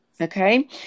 Okay